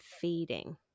feeding